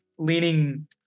leaning